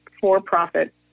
for-profit